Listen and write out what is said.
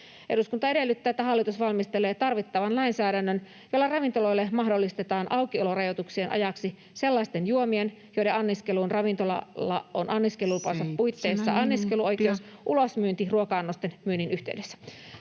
”Eduskunta edellyttää, että hallitus valmistelee tarvittavan lainsäädännön, jolla ravintoloille mahdollistetaan aukiolorajoituksien ajaksi sellaisten juomien, joiden anniskeluun ravintolalla on anniskelulupansa puitteissa [Puhemies: 7 minuuttia!] anniskeluoikeus, ulosmyynti ruoka-annosten myynnin yhteydessä.”